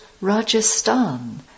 Rajasthan